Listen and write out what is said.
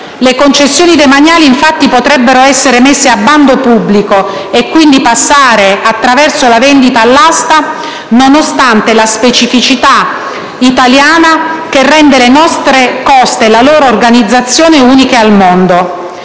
Le concessioni demaniali infatti potrebbero essere messe a bando pubblico e, quindi, passare attraverso la vendita all'asta, nonostante la specificità italiana che rende le nostre coste e la loro organizzazione uniche al mondo.